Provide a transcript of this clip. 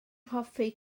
hoffi